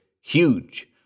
Huge